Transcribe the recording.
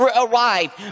arrived